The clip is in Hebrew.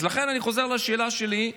אז לכן אני חוזר לשאלה שלי,